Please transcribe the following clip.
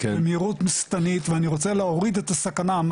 במהירות שטנית ואני רוצה להוריד את הסכנה,